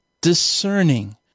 discerning